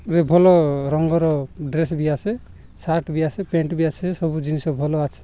ରେ ଭଲ ରଙ୍ଗର ଡ୍ରେସ୍ ବି ଆସେ ସାର୍ଟ ବି ଆସେ ପ୍ୟାଣ୍ଟ ବି ଆସେ ସବୁ ଜିନିଷ ଭଲ ଆସେ